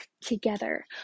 together